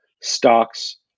stocks